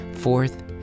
Fourth